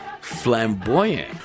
flamboyant